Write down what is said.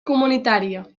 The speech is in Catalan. comunitària